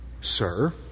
Sir